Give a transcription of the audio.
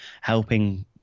helping